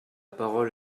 parole